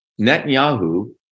Netanyahu